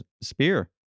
spear